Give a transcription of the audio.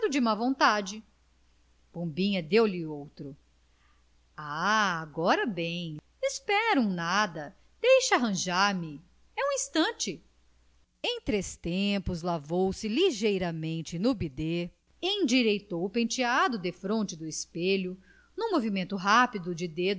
de má vontade pombinha deu-lhe outro ah agora bem espera um nada deixa arranjar me é um instante em três tempos lavou-se ligeiramente no bidê endireitou o penteado defronte do espelho num movimento rápido de